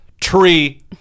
TREE